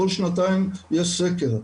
כל שנתיים יש סקר.